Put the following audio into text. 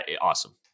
awesome